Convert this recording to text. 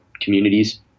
communities